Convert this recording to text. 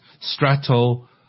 strato